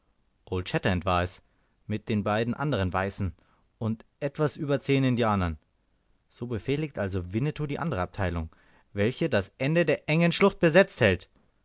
old shatterhand war es mit den beiden andern weißen und etwas über zehn indianern so befehligt also winnetou die andere abteilung welche das ende der engen schlucht besetzt hält